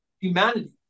humanity